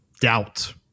doubt